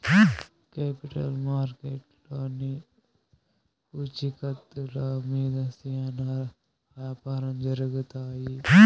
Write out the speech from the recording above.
capital మార్కెట్లో అన్ని పూచీకత్తుల మీద శ్యానా యాపారం జరుగుతాయి